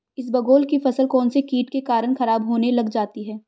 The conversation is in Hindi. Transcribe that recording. इसबगोल की फसल कौनसे कीट के कारण खराब होने लग जाती है?